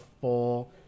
full